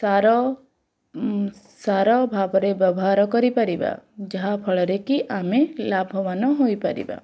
ସାର ଉଁ ସାର ଭାବରେ ବ୍ୟବହାର କରିପାରିବା ଯାହାଫଳରେ କି ଆମେ ଲାଭବାନ ହୋଇପାରିବା